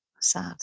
Sad